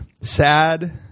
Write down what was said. sad